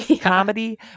comedy